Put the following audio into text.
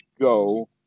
go